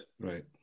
Right